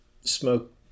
smoke